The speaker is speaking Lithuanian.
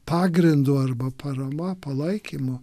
pagrindu arba parama palaikymu